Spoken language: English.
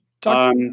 Talk